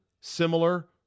similar